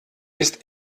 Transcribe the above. ist